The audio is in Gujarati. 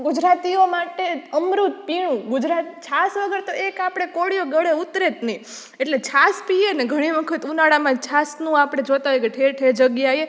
ગુજરાતીઓ માટે અમૃત પીણું ગુજરાત છાશ વગર તો એક આપણે કોળિયો ગળે ઉતરે જ નહીં એટલે છાશ પીએને ઘણી વખત ઉનાળામાં છાશનું આપણે જોતાં હોય કે ઠેર ઠેર જગ્યાએ